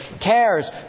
cares